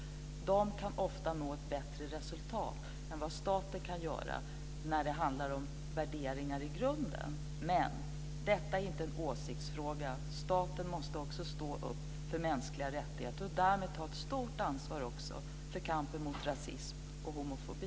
De kan ofta nå ett bättre resultat än vad staten kan göra när det handlar om värderingar i grunden. Men detta är inte en åsiktsfråga. Staten måste också stå upp för mänskliga rättigheter och därmed ta ett stort ansvar för kampen mot rasism och homofobi.